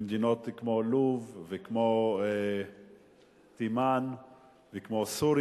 במדינות כמו לוב, תימן וסוריה,